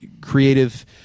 creative